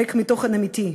ריק מתוכן אמיתי,